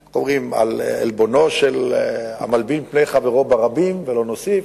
אומרים, המלבין פני חברו ברבים, ולא נוסיף.